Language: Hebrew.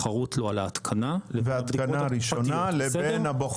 והתחרות לו על ההתקנה לבין הבדיקות התקופתיות,